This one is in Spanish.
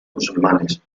musulmanes